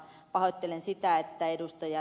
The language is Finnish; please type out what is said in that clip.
pahoittelen sitä että ed